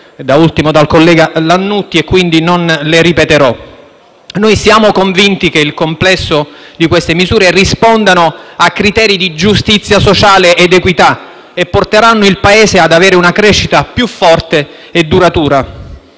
da ultimo dal collega Lannutti, quindi non le ripeterò. Noi siamo convinti che il complesso di queste misure risponda a criteri di giustizia sociale e di equità, e porterà il Paese ad una crescita più forte e duratura.